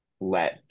let